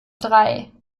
drei